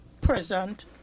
present